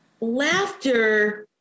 laughter